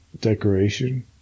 decoration